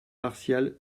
martial